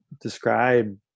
describe